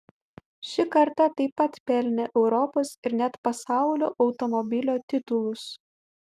ši karta taip pat pelnė europos ir net pasaulio automobilio titulus